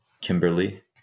Kimberly